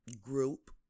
group